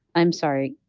i'm sorry,